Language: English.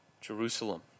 Jerusalem